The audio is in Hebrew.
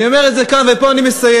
אני אומר את זה כאן ופה אני מסיים.